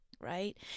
right